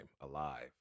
alive